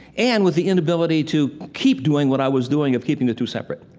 and, with the inability to keep doing what i was doing of keeping the two separate.